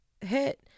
hit